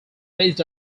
based